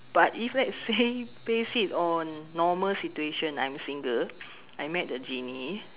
but if let's say face it on normal situation I'm single I met the genie